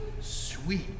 sweet